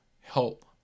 help